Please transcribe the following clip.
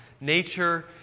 nature